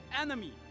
enemy